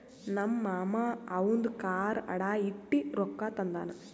ನಮ್ ಮಾಮಾ ಅವಂದು ಕಾರ್ ಅಡಾ ಇಟ್ಟಿ ರೊಕ್ಕಾ ತಂದಾನ್